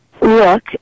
look